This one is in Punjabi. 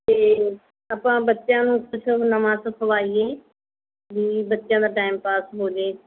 ਅਤੇ ਆਪਾਂ ਬੱਚਿਆਂ ਨੂੰ ਕੁਛ ਨਵਾਂ ਸਿਖਾਈਏ ਵੀ ਬੱਚਿਆਂ ਦਾ ਟੈਮ ਪਾਸ ਹੋ ਜਾਵੇ